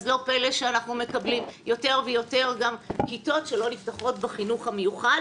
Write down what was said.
אז לא פלא שאנחנו מקבלים יותר ויותר כיתות שלא נפתחות בחינוך המיוחד.